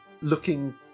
looking